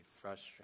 frustrated